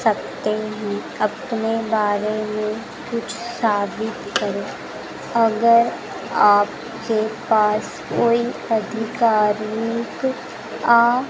सकते हैं अपने बारे में कुछ साबित करें अगर आपके पास कोई अधिकारिक आ